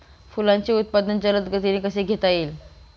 फुलांचे उत्पादन जलद गतीने कसे घेता येईल?